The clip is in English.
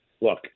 Look